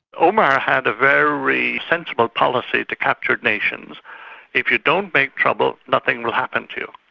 omar had a very sensible policy to captured nations if you don't make trouble, nothing will happen to